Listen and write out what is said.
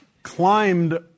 climbed